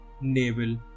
navel